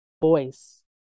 voice